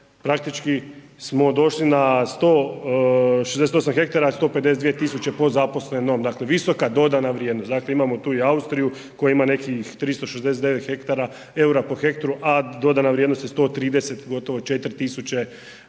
praktički smo došli na 168 hektara, a 152.000 po zaposlenom, dakle visoka dodana vrijednost, dakle imamo tu i Austriju koja ima nekih 369 EUR-a po hektaru, a dodana vrijednost je 130 gotovo 4.000